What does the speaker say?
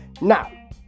Now